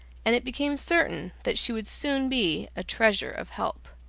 and it became certain that she would soon be a treasure of help.